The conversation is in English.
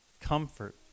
comfort